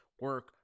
Work